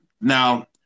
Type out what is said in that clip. Now